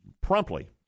promptly